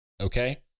okay